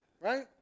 right